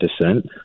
descent